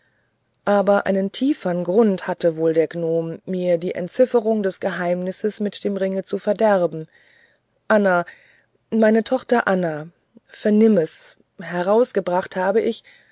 aber einen tiefern grund hatte wohl der gnome mir die entzifferung des geheimnisses mit dem ringe zu verderben anna meine tochter anna vernimm es herausgebracht hatte ich